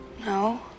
No